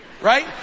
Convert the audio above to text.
right